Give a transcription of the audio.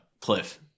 Cliff